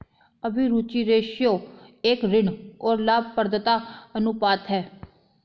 अभिरुचि रेश्यो एक ऋण और लाभप्रदता अनुपात है